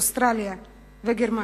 אוסטרליה וגרמניה.